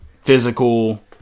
physical